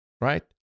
right